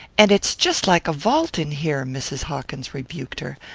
and it's jest like a vault in here! mrs. hawkins rebuked her.